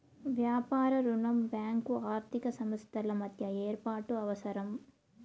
వ్యాపార రుణం బ్యాంకు ఆర్థిక సంస్థల మధ్య ఏర్పాటు అవసరం